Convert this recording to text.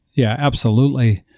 yeah, absolutely.